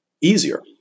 easier